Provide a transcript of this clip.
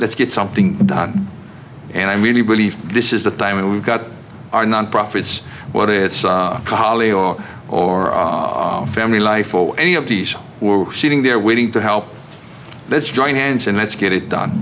let's get something done and i really believe this is the time when we've got our nonprofits what it's calio or family life or any of these we're sitting there waiting to help let's join hands and let's get it done